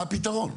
מה הפתרון?